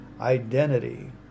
Identity